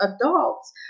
adults